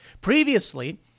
previously